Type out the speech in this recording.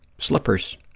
slippers.